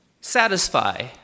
Satisfy